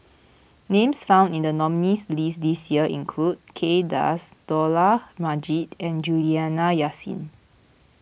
names found in the nominees' list this year include Kay Das Dollah Majid and Juliana Yasin